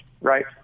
right